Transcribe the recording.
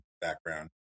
background